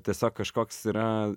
tiesiog kažkoks yra